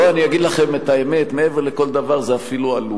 בואו אני אגיד לכם את האמת: מעבר לכל דבר זה אפילו עלוב.